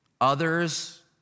Others